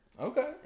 Okay